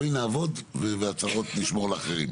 בואי נעבוד והצהרות נשמור לאחרים.